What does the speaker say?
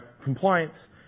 compliance